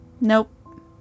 Nope